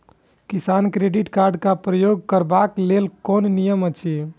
किसान credit card क प्रयोग करबाक लेल कोन नियम अछि?